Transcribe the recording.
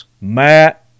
Matt